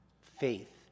faith